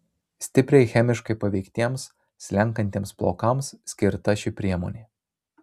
stipriai chemiškai paveiktiems slenkantiems plaukams skirta ši priemonė